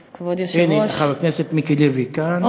הנה, חבר הכנסת מיקי לוי כאן.